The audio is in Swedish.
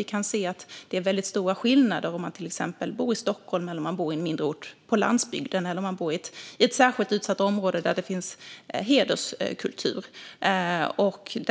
Vi kan se att det är stora skillnader om man bor i exempelvis Stockholm, på en mindre ort på landsbygden eller i ett särskilt utsatt område där det finns hederskultur. Vi